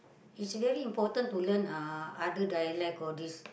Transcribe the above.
it's very important to learn uh other dialect all this